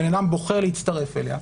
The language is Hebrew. בן אדם בוחר להצטרף אליה,